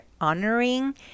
honoring